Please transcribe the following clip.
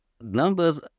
Numbers